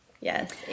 Yes